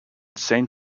saint